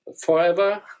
forever